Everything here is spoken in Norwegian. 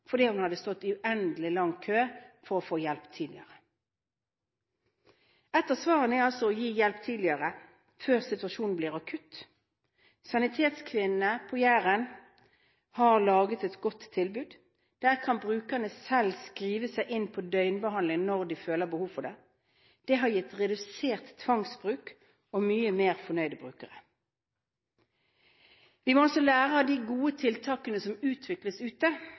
fordi hun hadde stått i en uendelig lang kø for å få hjelp tidligere. Et av svarene er altså å gi hjelp tidligere før situasjonen blir akutt. Sanitetskvinnene på Jæren har laget et godt tilbud. Der kan brukerne selv skrive seg inn til døgnbehandling når de føler behov for det. Det har gitt redusert tvangsbruk og mye mer fornøyde brukere. Vi må altså lære av de gode tiltakene som utvikles ute,